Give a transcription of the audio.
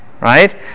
right